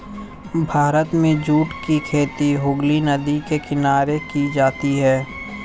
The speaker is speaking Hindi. भारत में जूट की खेती हुगली नदी के किनारे की जाती है